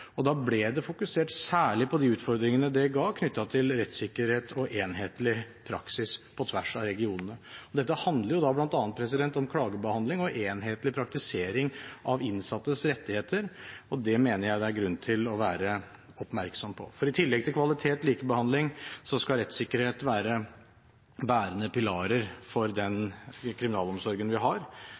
Da ble det fokusert særlig på de utfordringene det ga knyttet til rettssikkerhet og enhetlig praksis på tvers av regionene. Dette handler bl.a. om klagebehandling og enhetlig praktisering av innsattes rettigheter, og det mener jeg det er grunn til å være oppmerksom på. For i tillegg til kvalitet og likebehandling skal rettssikkerhet være en bærende pilar for den kriminalomsorgen vi har,